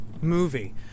movie